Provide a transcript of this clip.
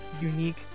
unique